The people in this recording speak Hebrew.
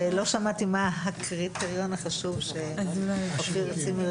זה לא אחד השיקולים שהוכנסו שם כהעדפה כי מצאו שם דברים